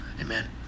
Amen